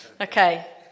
Okay